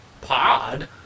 Pod